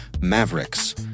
Mavericks